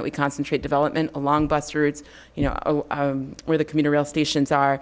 that we concentrate development along bus routes you know where the commuter rail stations are